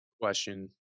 Question